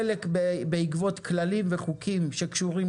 חלק זה בעקבות כללים וחוקים שקשורים